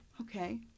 Okay